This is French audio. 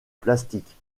plastique